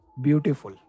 Beautiful